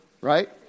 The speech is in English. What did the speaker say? right